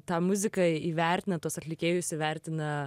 tą muziką įvertina tuos atlikėjus įvertina